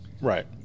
Right